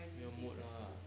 没有 mood lah